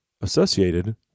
associated